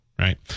Right